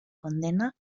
condena